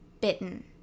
bitten